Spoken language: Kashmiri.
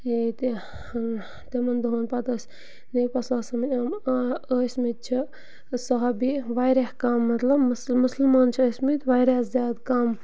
ییٚتہِ تِمَن دۄہَن پَتہٕ ٲسۍ نبی پاک صلی اللہ علیہ وسلَمٕنۍ یِم ٲسۍمٕتۍ چھِ صحابی واریاہ کَم مطلب مُس مُسلمان چھِ ٲسۍمٕتۍ واریاہ زیادٕ کَم